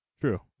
True